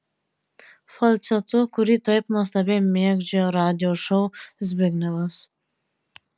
falcetu kurį taip nuostabiai mėgdžioja radijo šou zbignevas